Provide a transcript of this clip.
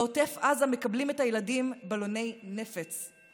בעוטף עזה מקבלים את הילדים בלוני נפץ.